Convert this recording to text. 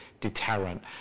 deterrent